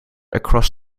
across